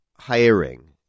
hiring